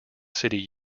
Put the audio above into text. city